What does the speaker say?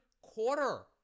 quarter